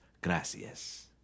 gracias